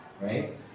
Right